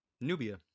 Nubia